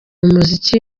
muziki